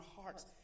hearts